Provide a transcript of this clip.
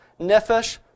Nefesh